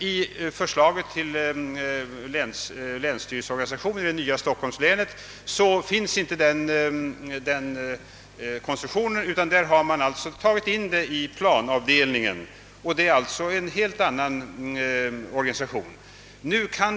I förslaget till länsstyrelseorganisation i det nya stockholmslänet finns dock inte denna konstruktion, utan man har tagit med naturvården i planavdelningen. Detta resulterar alltså i en helt annan organisation.